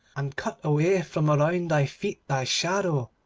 and cut away from around thy feet thy shadow,